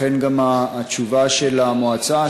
לכן גם התשובה של המועצה,